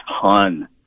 ton